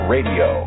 Radio